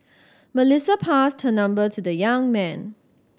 Melissa passed her number to the young man